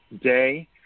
day